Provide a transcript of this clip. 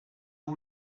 all